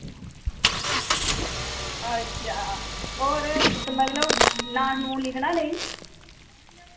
अच्छा होर मतलब नांऽ लिखना नी